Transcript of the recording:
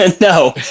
No